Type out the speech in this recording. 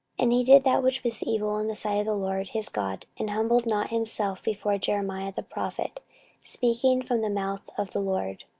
and he did that which was evil in the sight of the lord his god, and humbled not himself before jeremiah the prophet speaking from the mouth of the lord.